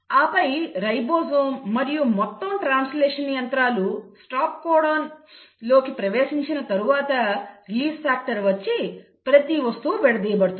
ఆపై రైబోజోమ్ మరియు మొత్తం ట్రాన్స్లేషన్ యంత్రాలు స్టాప్ కోడాన్లోకి ప్రవేశించిన తర్వాత రిలీజ్ ఫాక్టర్ వచ్చి ప్రతి వస్తువు విడదీయబడుతుంది